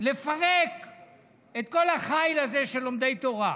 לפרק את כל החיל הזה של לומדי תורה.